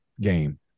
game